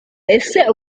ese